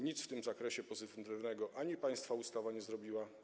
Nic w tym zakresie pozytywnego państwa ustawa nie zrobiła.